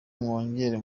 mwongere